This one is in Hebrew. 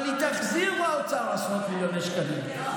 אבל היא תחזיר לאוצר עשרות מיליוני שקלים.